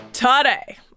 Today